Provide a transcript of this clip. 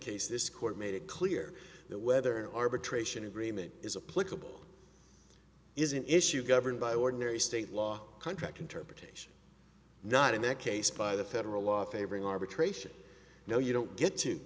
case this court made it clear that whether or betray should agreement is a political is an issue governed by ordinary state law contract interpretation not in that case by the federal law favoring arbitration no you don't get to